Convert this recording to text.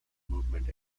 movement